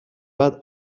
بعد